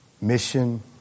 mission